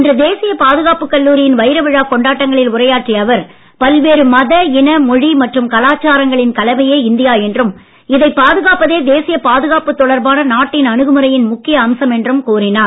இன்று தேசிய பாதுகாப்பு கல்லூரியின் வைர விழா கொண்டாட்டங்களில் உரையாற்றிய அவர் பல்வேறு மத இன மொழி மற்றும் கலாச்சாரங்களின் கலவையே இந்தியா என்றும் இதை பாதுகாப்பதே தேசிய பாதுகாப்பு தொடர்பான நாட்டின் அனுகுமுறையில் முக்கிய அம்சம் என்றும் கூறினார்